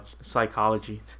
psychology